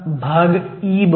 भाग e